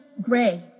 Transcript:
Gray